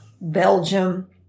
Belgium